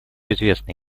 известны